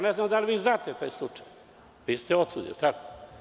Ne znam da li vi znate taj slučaj, vi ste otud, jel tako?